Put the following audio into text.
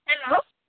hello